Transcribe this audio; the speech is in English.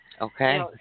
Okay